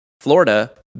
Florida